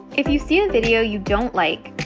if you see a video you don't like,